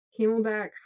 Camelback